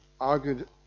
argued